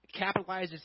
capitalizes